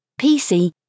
PC